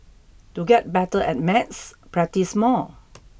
to get better at maths practise more